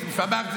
(אומר מילים